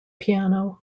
piano